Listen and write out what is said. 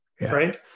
Right